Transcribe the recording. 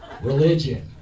Religion